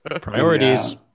priorities